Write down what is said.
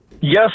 Yes